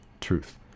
truth